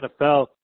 NFL